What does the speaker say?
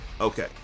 Okay